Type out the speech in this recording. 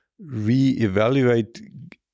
reevaluate